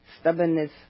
stubbornness